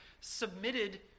submitted